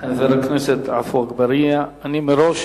חבר הכנסת עפו אגבאריה, אני מראש